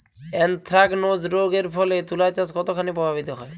Anthracnose রোগ এর ফলে তুলাচাষ কতখানি প্রভাবিত হয়?